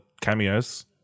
cameos